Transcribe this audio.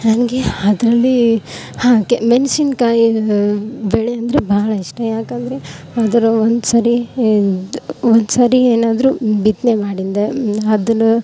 ಹಾಗೆ ಅದ್ರಲ್ಲಿ ಹಾಂ ಕೆ ಮೆಣ್ಶಿನ್ಕಾಯಿ ಬೆಳೆ ಅಂದರೆ ಭಾಳ ಇಷ್ಟ ಯಾಕಂದರೆ ಅದರಲ್ಲಿ ಒಂದು ಸರಿ ಒಂದು ಸರಿ ಏನಾದರೂ ಬಿತ್ತನೆ ಮಾಡಿದರೆ ಅದು